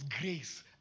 grace